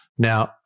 Now